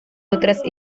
otras